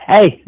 Hey